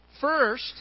First